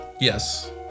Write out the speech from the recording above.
Yes